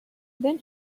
then